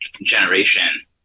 generation